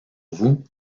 vous